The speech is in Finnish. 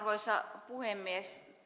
arvoisa puhemies